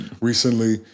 recently